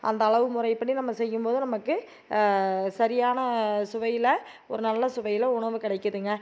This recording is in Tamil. அந்த அளவு முறைப்படி நம்ம செய்யும்போது நமக்கு சரியான சுவையில் ஒரு நல்ல சுவையில் உணவு கிடைக்கிதுங்க